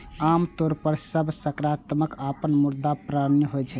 आम तौर पर सब सरकारक अपन मुद्रा प्रणाली होइ छै